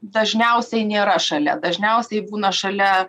dažniausiai nėra šalia dažniausiai būna šalia